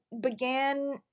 began